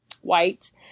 white